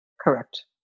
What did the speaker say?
Correct